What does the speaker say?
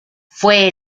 fue